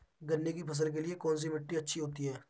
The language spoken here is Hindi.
गन्ने की फसल के लिए कौनसी मिट्टी अच्छी होती है?